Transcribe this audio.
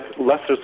lesser